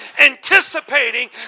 anticipating